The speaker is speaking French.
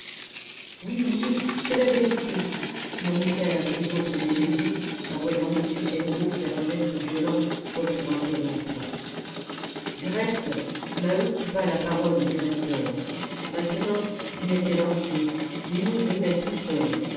oui oui c'est la vérité murmurèrent les autres délégués en voyant m hennebeau faire un geste violent comme pour interrompre du reste maheu coupa la parole au directeur maintenant il était lancé les mots venaient tout seuls